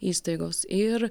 įstaigos ir